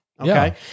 Okay